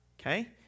Okay